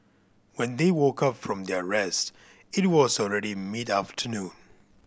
when they woke up from their rest it was already mid afternoon